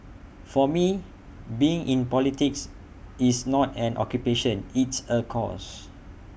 for me being in politics is not an occupation it's A cause